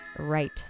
right